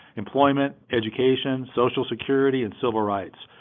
employment, education, social security, and civil rights.